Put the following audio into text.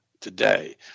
today